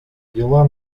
дела